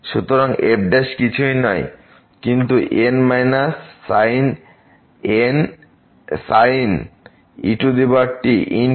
সুতরাং f কিছুই নয় কিন্তু n sin et et